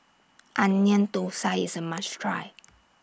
Onion Thosai IS A must Try